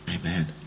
amen